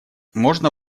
можно